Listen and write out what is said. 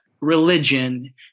religion